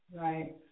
Right